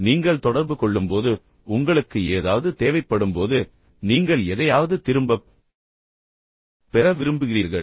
எனவே நீங்கள் தொடர்பு கொள்ளும்போது உங்களுக்கு ஏதாவது தேவைப்படும்போது நீங்கள் எதையாவது திரும்பப் பெற விரும்புகிறீர்கள்